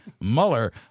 Mueller